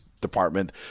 department